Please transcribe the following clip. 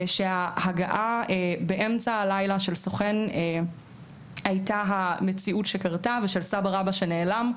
שההגעה באמצע הלילה של סוכן הייתה המציאות שקרתה ושל סבא רבא שנעלם,